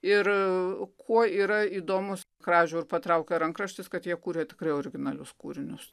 ir kuo yra įdomus kražių ir patraukė rankraštis kad jie kūrė tikrai originalius kūrinius